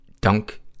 dunk